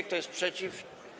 Kto jest przeciw?